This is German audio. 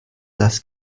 das